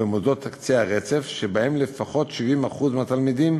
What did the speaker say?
במוסדות קצה הרצף, שבהם לפחות 70% מהתלמידים